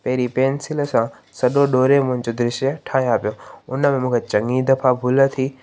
पहिरीं पेंसिल सां सॼो डोरेमोन जो दृश्य ठाहियां पियो उनमें मूंखे चङी दफ़ा भुल थी